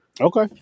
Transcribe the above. Okay